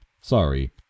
sorry